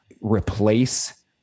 replace